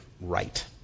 right